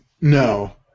No